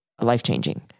life-changing